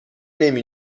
نمی